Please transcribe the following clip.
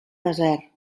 desert